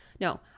no